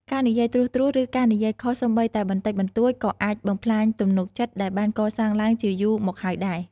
ការនិយាយត្រួសៗ ឬការនិយាយខុសសូម្បីតែបន្តិចបន្តួច ក៏អាចបំផ្លាញទំនុកចិត្តដែលបានកសាងឡើងជាយូរមកហើយដែរ។